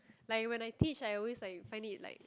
like when I teach I always like find it like